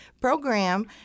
program